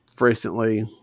recently